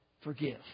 forgive